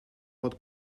pot